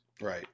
Right